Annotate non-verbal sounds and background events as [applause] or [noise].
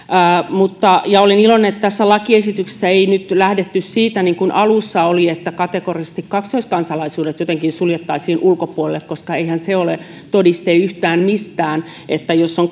olen iloinen että tässä lakiesityksessä ei nyt lähdetty siitä niin kuin alussa oli että kategorisesti kaksoiskansalaisuudet jotenkin suljettaisiin ulkopuolelle koska eihän se ole todiste yhtään mistään että on [unintelligible]